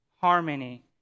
harmony